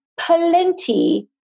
plenty